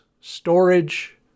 storage